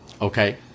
Okay